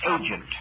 agent